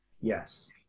yes